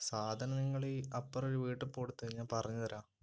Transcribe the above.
സാധനങ്ങൾ ഈ അപ്പുറം ഒരു വീട്ട് പൊടുത്ത് ഞാൻ പറഞ്ഞ് തരാം